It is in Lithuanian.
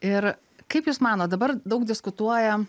ir kaip jūs manot dabar daug diskutuoja